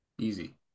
easy